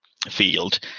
field